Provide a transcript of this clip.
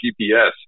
GPS